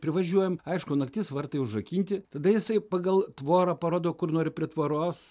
privažiuojam aišku naktis vartai užrakinti tada jisai pagal tvorą parodo kur nori prie tvoros